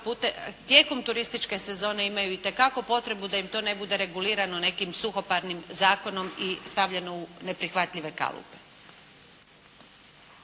tijekom turističke sezone imaju itekako potrebu da im to ne bude regulirano nekim suhoparnim zakonom i stavljeno u neprihvatljive kalupe.